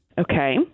Okay